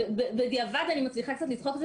בדיעבד אני מצליחה קצת לצחוק.